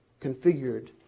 configured